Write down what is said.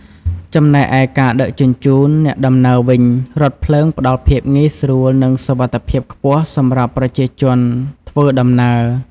ចំណែកឯការដឹកជញ្ជូនអ្នកដំណើរវិញ រថភ្លើងផ្តល់ភាពងាយស្រួលនិងសុវត្ថិភាពខ្ពស់សម្រាប់ប្រជាជនធ្វើដំណើរ។